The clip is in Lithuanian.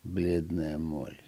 blėda more